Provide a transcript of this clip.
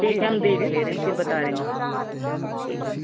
ठीक है हम देख ले रहे हैं फिर बता रहे हैं ठीक है